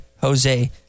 Jose